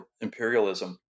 imperialism